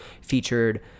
featured